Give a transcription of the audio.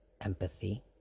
empathy